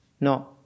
no